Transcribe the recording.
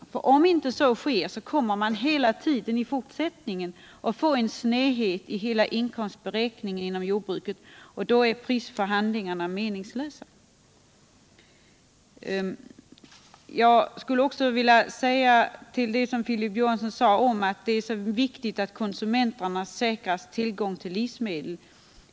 Blir det inte så, kommer vi hela tiden i fortsättningen att få en snedhet i hela inkomstberäkningen inom jordbruket, och då är dessa förhandlingar meningslösa. Filip Johansson sade att det är viktigt att konsumenterna tillförsäkras tillgång på livsmedel.